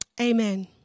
Amen